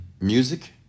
music